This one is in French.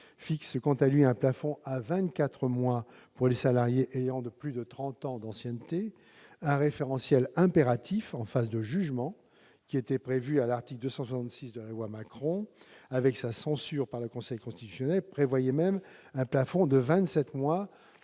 quant à lui, un plafond de vingt-quatre mois pour les salariés ayant plus de trente ans d'ancienneté. Un référentiel impératif en phase de jugement, qui figurait à l'article 266 de la loi Macron avant sa censure par le Conseil constitutionnel, prévoyait même un plafond de